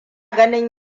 ganin